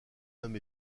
homme